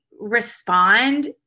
respond